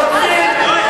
ממה הוא פוחד?